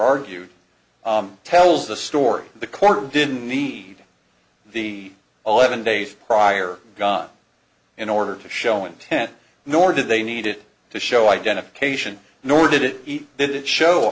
argued tells the story the court didn't need the eleven days prior gone in order to show intent nor did they needed to show identification nor did it eat did it show